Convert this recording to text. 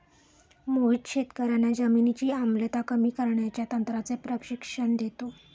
मोहित शेतकर्यांना जमिनीची आम्लता कमी करण्याच्या तंत्राचे प्रशिक्षण देतो